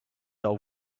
our